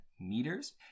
meters